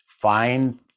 find